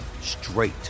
straight